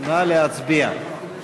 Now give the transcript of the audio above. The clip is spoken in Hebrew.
נא להצביע.